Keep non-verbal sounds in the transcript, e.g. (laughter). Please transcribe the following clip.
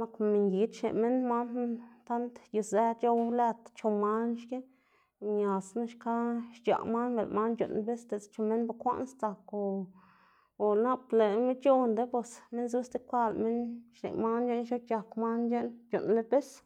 nak mingid xneꞌ minn, man knu tand yuzë c̲h̲ow lëd chu man xki; miasna xka xc̲h̲aꞌ man ber lëꞌ man c̲h̲uꞌnn bis diꞌltsa chu minn bekwaꞌn sdzak o o nap lëꞌma c̲h̲ondu bos minn zu stib kwa lëꞌ minn xneꞌ man c̲h̲eꞌn xnu c̲h̲ak man c̲h̲eꞌn c̲h̲uꞌnnla bis. (noise)